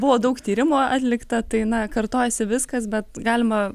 buvo daug tyrimų atlikta tai na kartojasi viskas bet galima